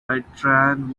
bertrand